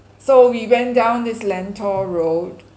so we went down this lentor road